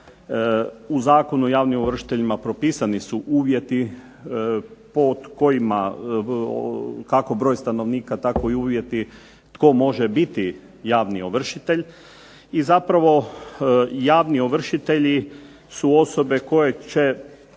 U Zakonu o javnim ovršiteljima propisani su uvjeti pod kojima, kako broj stanovnika tako i uvjeti tko može biti javni ovršitelj i zapravo javni ovršitelji su osobe koje će